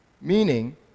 Meaning